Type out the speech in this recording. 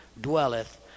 dwelleth